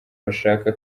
bashaka